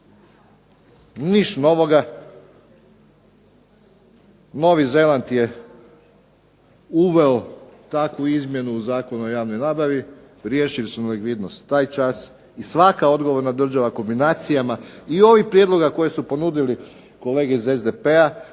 niš' novoga. Novi Zeland je uveo takvu izmjenu Zakona o javnoj nabavi, riješili su nelikvidnost taj čas i svaka odgovorna država kombinacijama i ovih prijedloga koji su ponudili kolege iz SDP-a